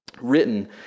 written